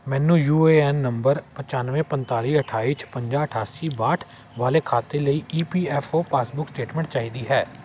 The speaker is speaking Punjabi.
ਮੈਨੂੰ ਯੂ ਏ ਐੱਨ ਨੰਬਰ ਪਚਾਨਵੇਂ ਪੰਤਾਲੀ ਅਠਾਈ ਪਚਾਸੀ ਛਪੰਜਾ ਅਠਾਸੀ ਬਾਹਠ ਵਾਲੇ ਖਾਤੇ ਲਈ E P F O passbook statement ਚਾਹੀਦੀ ਹੈ